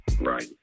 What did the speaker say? right